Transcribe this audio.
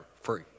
free